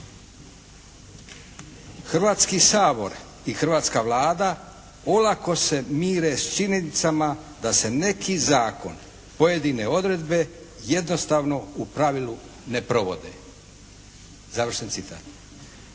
Hrvatski sabor i hrvatska Vlada olako se mire sa činjenicama da se neki zakon, pojedine odredbe jednostavno u pravilu ne provode, završen citat.